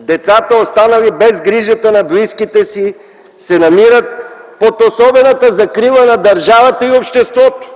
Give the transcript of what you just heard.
Децата, останали без грижата на близките си, се намират под особената закрила на държавата и обществото.”